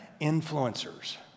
influencers